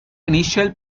initial